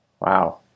Wow